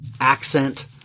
accent